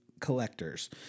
collectors